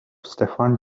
stefan